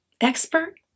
expert